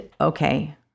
okay